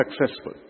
successful